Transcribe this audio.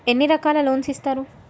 ఎన్ని రకాల లోన్స్ ఇస్తరు?